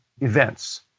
events